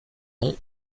nom